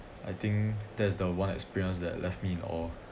I think that's the one experience that left me in awe